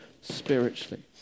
spiritually